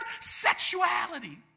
sexuality